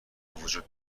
وجود